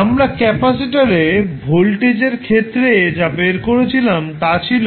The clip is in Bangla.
আমরা ক্যাপাসিটর এ ভোল্টেজের ক্ষেত্রে যা বের করেছিলাম তা ছিল